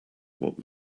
what